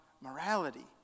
morality